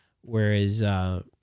whereas